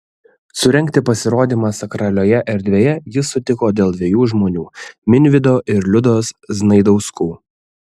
surengti pasirodymą sakralioje erdvėje jis sutiko dėl dviejų žmonių minvydo ir liudos znaidauskų